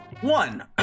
one